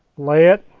lay it,